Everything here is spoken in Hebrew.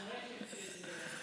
זה הנדל.